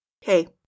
Hey